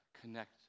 connect